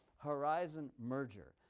horizon merger.